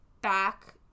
back